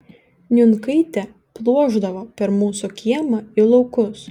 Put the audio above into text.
niunkaitė pluošdavo per mūsų kiemą į laukus